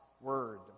word